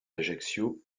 ajaccio